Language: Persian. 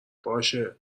باشه